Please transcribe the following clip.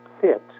fit